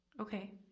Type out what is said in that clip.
Okay